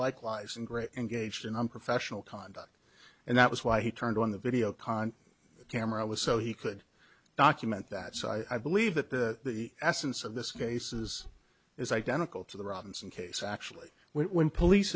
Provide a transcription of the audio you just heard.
likewise in great engaged in unprofessional conduct and that was why he turned on the video con camera with so he could document that so i believe that the absence of this cases is identical to the robinson case actually where when police